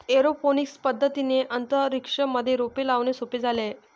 aeroponics पद्धतीने अंतरिक्ष मध्ये रोपे लावणे सोपे झाले आहे